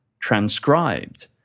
Transcribed